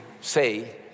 say